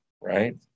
Right